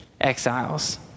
exiles